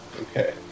Okay